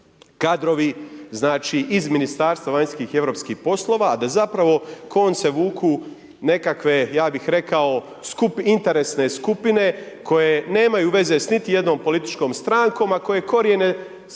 kadrovi iz Ministarstva vanjskih i europskih poslova, a da zapravo konce vuku nekakve, ja bi rekao interesne skupine, koji nemaju veze niti s jednom političkom strankom, a koje krojene